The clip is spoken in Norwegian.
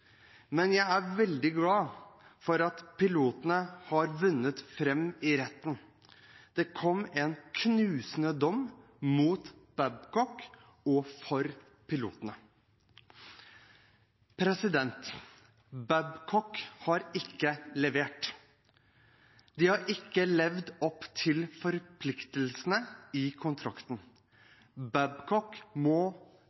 Men jeg er veldig glad for at pilotene har vunnet fram i retten. Det kom en knusende dom mot Babcock og for pilotene. Babcock har ikke levert. De har ikke levd opp til forpliktelsene i kontrakten.